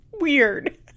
weird